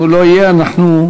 אם הוא לא יהיה, אנחנו,